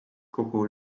kogu